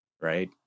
right